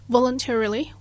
voluntarily